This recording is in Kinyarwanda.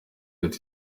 ati